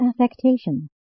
affectation